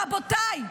רק את --- רבותיי,